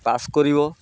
pass କରିବ